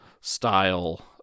style